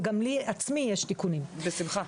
וגם לי עצמי יש תיקונים -- בשמחה.